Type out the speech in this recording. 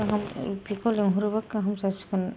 गाहाम बेखौ लेंहरबा गाहाम जासिगोन